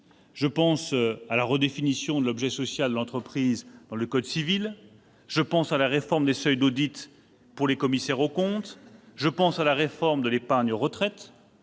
Je pense à la redéfinition de l'objet social de l'entreprise dans le code civil, à la réforme des seuils d'audit pour les commissaires aux comptes, à la réforme de l'épargne retraite,